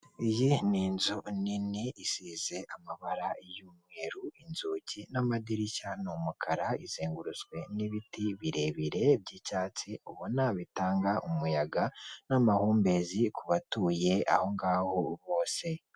Iyi ni inzu nini isize amabara y'umweru, inzugi n'amadirishya ni umukara izengurutswe n'ibiti birebire by'icyatsi ubona bitanga umuyaga n'amahumbezi ku batuye aho ngaho bose.